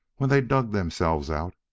when they dug themselves out,